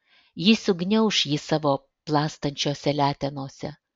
ji sugniauš jį savo plastančiose letenose